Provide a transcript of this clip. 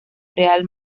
real